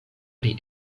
pri